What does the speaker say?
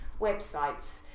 websites